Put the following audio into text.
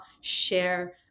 share